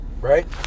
right